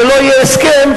שלא יהיה הסכם,